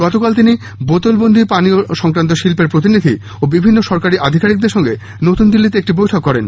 গতকাল তিনি বোতলবন্দী পানীয় সংক্রান্ত শিল্পের প্রতিনিধি ও বিভিন্ন সরকারী আধিকারিকের সঙ্গে নতুন দিল্লীতে একটি বৈঠক করেন